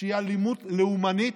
שהיא לאומנית,